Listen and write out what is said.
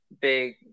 big